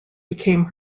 became